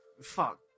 Fuck